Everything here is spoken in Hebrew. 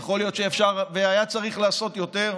יכול להיות שאפשר והיה צריך לעשות יותר,